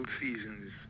seasons